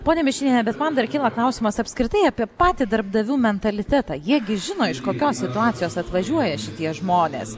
ponia mišiniene bet man dar kyla klausimas apskritai apie patį darbdavių mentalitetą jie gi žino iš kokios situacijos atvažiuoja šitie žmonės